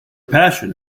passion